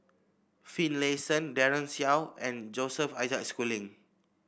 Finlayson Daren Shiau and Joseph Isaac Schooling